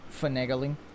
finagling